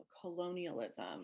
colonialism